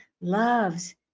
loves